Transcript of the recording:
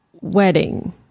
wedding